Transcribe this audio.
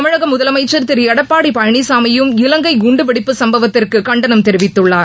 தமிழக முதலமைச்சர் திரு எடப்பாடி பழனிசாமியும் இலங்கை குண்டுவெடிப்பு சம்பவத்திற்கு கண்டனம் தெரிவித்துள்ளார்